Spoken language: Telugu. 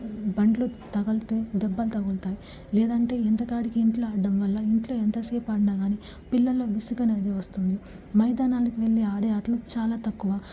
బండ్లు తగిలితే దెబ్బలు తగులుతాయి లేందంటే ఎంతకాడికి ఇంట్లో ఆడ్డం వల్ల ఇంట్లో ఎంతసేపాడిన కాని పిల్లల్లో విసుగనేది వస్తుంది మైదానాలకి వెళ్ళి ఆడే ఆటలు చాలా తక్కువ